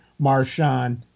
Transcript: Marshawn